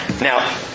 Now